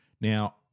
Now